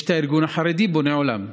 יש את הארגון החרדי בונה עולם,